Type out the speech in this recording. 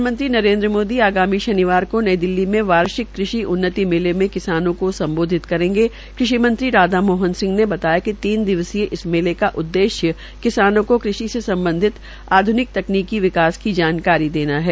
प्रधानमंत्री नरेन्द्र मोदी आगामी शनिवार को नई दिल्ली में वार्षिक कृषि उन्नति मेले में किसानों को सम्बोधित करेंगगे कृषि मंत्री राधा मोहन सिंह ने बताया कि तीन दिवसीय इस मेले का उददेश्य किसानों को कृषि से सम्बधित आध्निक तकनीकी विकास की जानकारी देना है